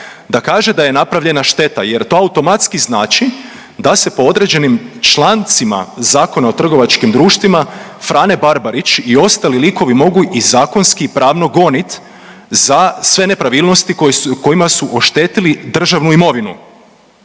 da kaže da je napravljena šteta jer to automatski znači da se po određenim člancima ZTD-a Frane Barbarić i ostali likovi mogu i zakonski i pravno gonit za sve nepravilnosti kojima su oštetili državnu imovinu.